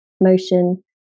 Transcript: motion